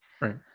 Right